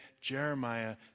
Jeremiah